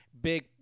big